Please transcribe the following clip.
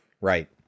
Right